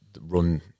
run